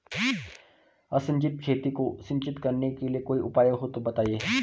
असिंचित खेती को सिंचित करने के लिए कोई उपाय हो तो बताएं?